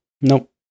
Nope